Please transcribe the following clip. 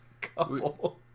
Couple